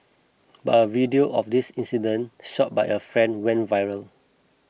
but a video of this incident shot by a friend went viral